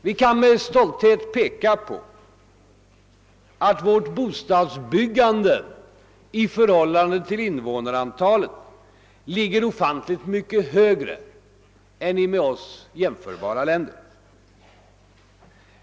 Vi kan med stolthet peka på att vårt bostadsbyggande i förhållande till invånarantalet ligger ofantligt mycket högre än i med oss jämförbara länder.